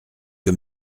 que